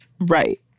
Right